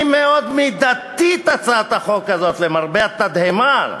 היא מאוד מידתית, הצעת החוק הזאת, ולמרבה התדהמה,